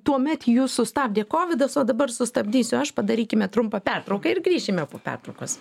tuomet jus sustabdė kovidas o dabar sustabdysiu aš padarykime trumpą pertrauką ir grįšime po pertraukos